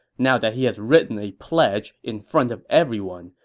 now that he has written a pledge in front of everyone,